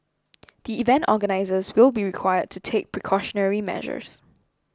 the event organisers will be required to take precautionary measures